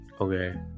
Okay